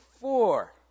four